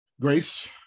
grace